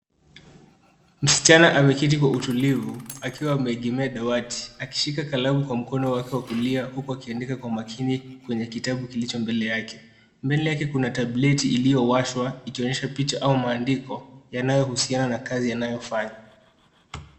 Msichana ameketi kwa utulivu akiwa ameegemea dawati akishika kalamu kwa mkono wake wa kulia huku akiandika kwa makini kwenye kitabu kilicho mbele yake. Mbele yake kuna tableti iliyowashwa ikionyesha picha au maandiko yanayohusiana na kazi anayofanya.